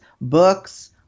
books